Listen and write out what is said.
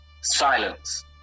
Silence